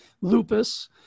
lupus